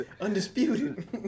Undisputed